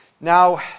Now